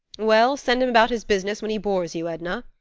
well, send him about his business when he bores you, edna,